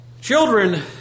Children